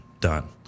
Done